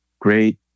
Great